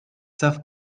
savent